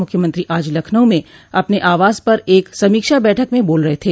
मुख्यमंत्री आज लखनऊ में अपने आवास पर एक समीक्षा बैठक में बोल रहे थे